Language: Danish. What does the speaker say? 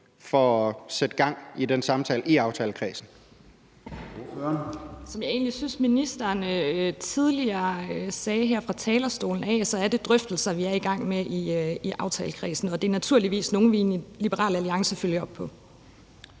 Kl. 16:25 Sandra Elisabeth Skalvig (LA): Som jeg egentlig syntes ministeren tidligere sagde her fra talerstolen, er det drøftelser, vi er i gang med i aftalekredsen. Og det er naturligvis nogle, vi i Liberal Alliance følger op på.